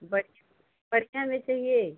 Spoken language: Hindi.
बढ़िया बढ़िया में चाहिए